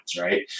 right